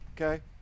Okay